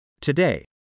Today